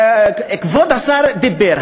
כבוד השר דיבר,